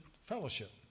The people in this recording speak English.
fellowship